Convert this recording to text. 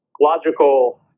logical